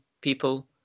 people